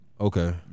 Okay